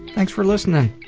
thanks for listening!